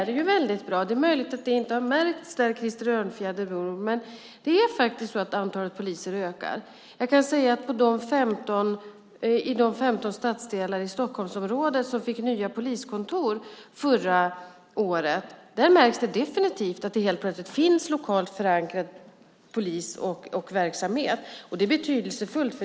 Det är möjligt att det inte har märkts där Krister Örnfjäder bor, men antalet poliser ökar faktiskt. I de 15 stadsdelar i Stockholmsområdet som fick nya poliskontor förra året märks det definitivt att det helt plötsligt finns lokalt förankrad polis och verksamhet. Det är betydelsefullt.